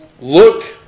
look